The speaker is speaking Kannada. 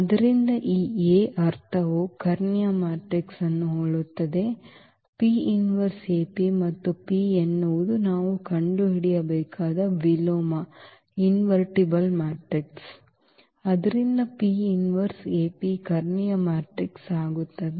ಆದ್ದರಿಂದ ಈ A ಅರ್ಥವು ಕರ್ಣೀಯ ಮ್ಯಾಟ್ರಿಕ್ಸ್ ಅನ್ನು ಹೋಲುತ್ತದೆ ಮತ್ತು ಈ P ಎನ್ನುವುದು ನಾವು ಕಂಡುಹಿಡಿಯಬೇಕಾದ ವಿಲೋಮ ಮ್ಯಾಟ್ರಿಕ್ಸ್ ಆದ್ದರಿಂದ ಈ ಕರ್ಣೀಯ ಮ್ಯಾಟ್ರಿಕ್ಸ್ ಆಗುತ್ತದೆ